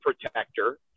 protector